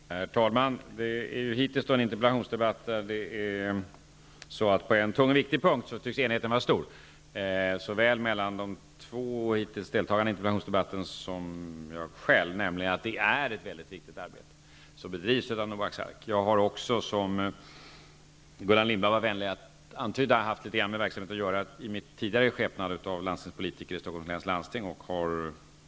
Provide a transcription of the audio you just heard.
Herr talman! Det här är hittills en interpellationsdebatt där enigheten -- mellan de två deltagande i debatten och mig -- tycks vara stor när det gäller en tung och viktig punkt, nämligen att det är ett mycket viktigt arbete som bedrivs av Noaks Ark. Jag har också -- vilket Gullan Lindblad var vänlig att antyda -- haft litet grand med verksamheten att göra i min tidigare skepnad av landstingspolitiker i Stockholms läns landsting.